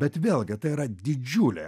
bet vėlgi tai yra didžiulė